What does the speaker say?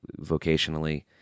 vocationally